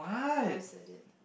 I said it